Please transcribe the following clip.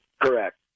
Correct